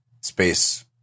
space